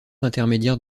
intermédiaire